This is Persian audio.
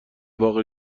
وافع